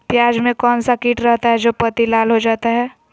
प्याज में कौन सा किट रहता है? जो पत्ती लाल हो जाता हैं